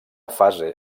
fase